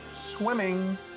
swimming